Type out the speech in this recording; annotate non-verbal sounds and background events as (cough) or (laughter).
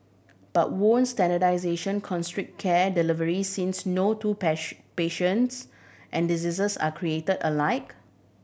but won't standardisation constrict care delivery since no two (unintelligible) patients and diseases are create alike